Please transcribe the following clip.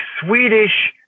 Swedish